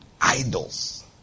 idols